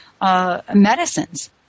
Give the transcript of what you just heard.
medicines